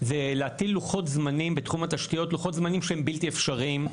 זה להטיל בתחום התשתיות לוחות זמנים שהם בלתי אפשריים.